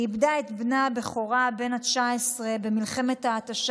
היא איבדה את בנה בכורה בן ה-19 במלחמת ההתשה